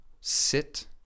sit